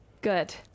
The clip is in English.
good